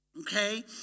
Okay